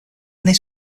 this